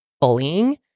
bullying